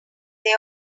they